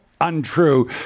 untrue